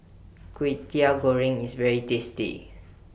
Kwetiau Goreng IS very tasty